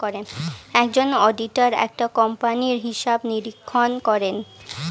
একজন অডিটর একটা কোম্পানির হিসাব নিরীক্ষণ করেন